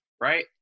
right